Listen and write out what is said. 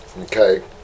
Okay